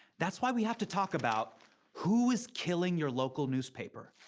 that's why we have to talk about who is killing your local newspaper.